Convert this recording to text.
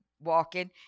Walking